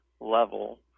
level